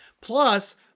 plus